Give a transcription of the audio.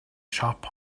siop